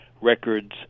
records